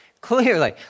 Clearly